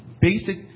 basic